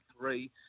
three